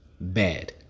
bad